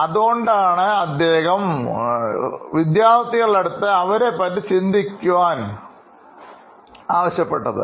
അതുകൊണ്ടാണ് അദ്ദേഹം കുട്ടികളുടെ അടുത്ത് അവരെ പറ്റി ചിന്തിക്കാൻ അല്ല ആവശ്യപ്പെട്ടത്